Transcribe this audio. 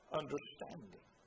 understanding